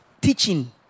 teaching